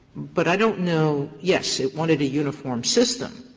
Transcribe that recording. but i don't know yes, it wanted a uniform system,